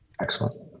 Excellent